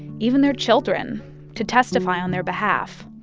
even their children to testify on their behalf.